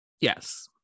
yes